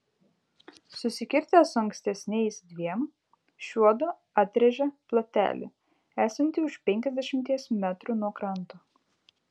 susikirtę su ankstesniais dviem šiuodu atrėžė plotelį esantį už penkiasdešimties metrų nuo kranto